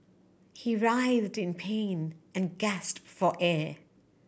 he writhed in pain and gasped for air